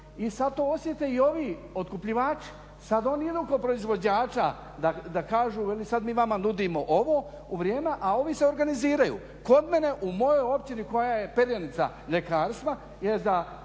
i sad to osjete i ovi otkupljivači, sad oni idu kod proizvođača da kažu sad mi vama nudimo ovo … a ovi se organiziraju. Kod mene u mojoj općini koja je perjanica mljekarstva jest